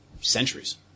centuries